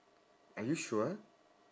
are you sure